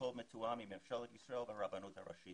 הכול מתואם עם ממשלת ישראל והרבנות הראשית.